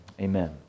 Amen